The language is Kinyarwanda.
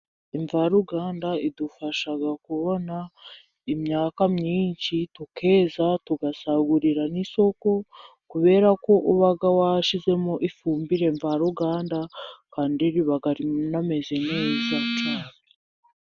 Imvaruganda idufasha kubona imyaka myinshi, tukeza, tugasagurira n'isoko, kubera ko uba washyizemo ifumbire mvaruganda, kandi riba rinameze neza cyane.